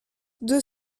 deux